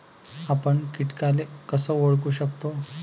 आपन कीटकाले कस ओळखू शकतो?